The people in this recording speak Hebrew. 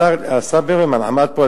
השר ברוורמן עמד פה,